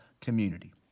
community